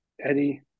Eddie